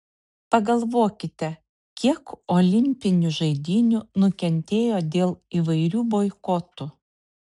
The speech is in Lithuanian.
pagalvokite kiek olimpinių žaidynių nukentėjo dėl įvairių boikotų